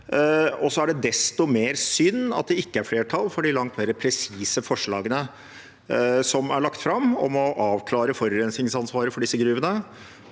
Så er det desto mer synd at det ikke er flertall for de langt mer presise forslagene som er lagt fram, om å avklare forurensningsansvaret for disse gruvene,